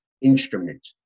instrument